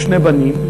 או שני בנים,